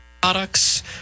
products